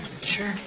sure